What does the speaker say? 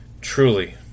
Truly